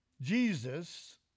Jesus